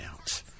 out